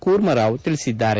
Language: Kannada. ಕೂರ್ಮಾರಾವ್ ತಿಳಿಸಿದ್ದಾರೆ